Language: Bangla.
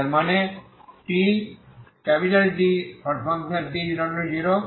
যার মানে Tt≠0